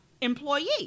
employee